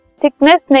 thickness